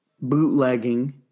bootlegging